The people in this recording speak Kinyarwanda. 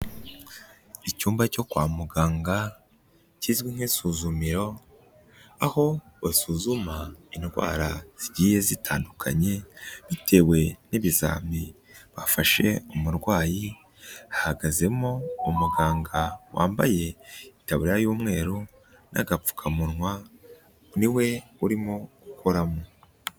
Icyumba cyo kwa muganga kizwi nk'isuzumiro, aho basuzuma indwara zigiye zitandukanye bitewe n'ibizami bafashe umurwayi, hahagazemo umuganga wambaye itaburiya y'umweru n'agapfukamunwa, ni we urimo gukoramo.